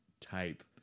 type